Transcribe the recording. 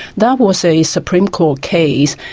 that was a supreme court case.